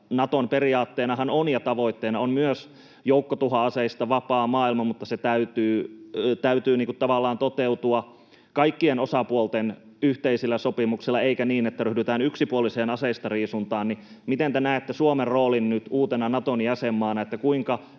Naton periaatteenahan ja tavoitteena on myös joukkotuhoaseista vapaa maailma, mutta sen täytyy tavallaan toteutua kaikkien osapuolten yhteisellä sopimuksella eikä niin, että ryhdytään yksipuoliseen aseistariisuntaan. Miten te näette Suomen roolin nyt uutena Naton jäsenmaana, kuinka